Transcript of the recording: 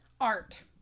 art